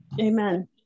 Amen